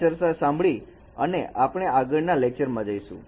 આ ચર્ચા સાંભળી અને આપણે આગળના લેક્ચરમાં જઈશું